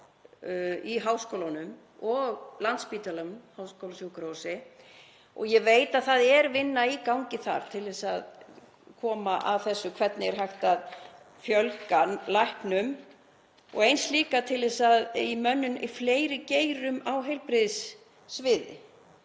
í háskólanum og á Landspítalanum, háskólasjúkrahúsi, og ég veit að það er vinna í gangi þar til að koma að þessu, hvernig er hægt að fjölga læknum. Eins líka í mönnun í fleiri geirum á heilbrigðissviði.